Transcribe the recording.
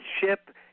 ship